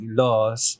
laws